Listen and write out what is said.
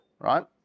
right